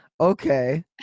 Okay